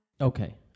Okay